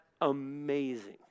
amazing